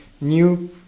new